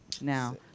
now